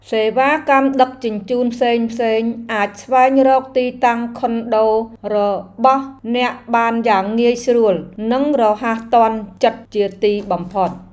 សេវាកម្មដឹកជញ្ជូនផ្សេងៗអាចស្វែងរកទីតាំងខុនដូរបស់អ្នកបានយ៉ាងងាយស្រួល និងរហ័សទាន់ចិត្តជាទីបំផុត។